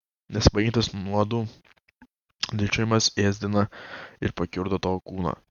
nesibaigiantis nuodų dilgčiojimas ėsdina ir prakiurdo tavo kūną